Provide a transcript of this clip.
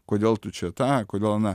kodėl tu čia tą kodėl aną